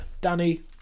Danny